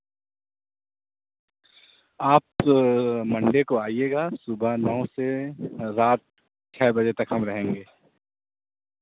آپ منڈے کو آئیے گا صبح نو سے رات چھ بجے تک ہم رہیں گے